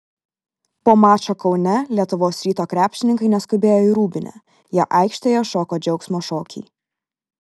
po mačo kaune lietuvos ryto krepšininkai neskubėjo į rūbinę jie aikštėje šoko džiaugsmo šokį